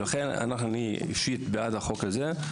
לכן אני בעד החוק הזה,